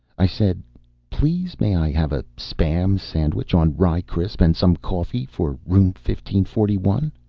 i said please, may i have a spam sandwich on rye krisp and some coffee for room fifteen forty-one?